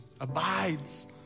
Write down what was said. abides